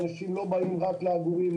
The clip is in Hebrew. אנשים לא באים רק לעגורים,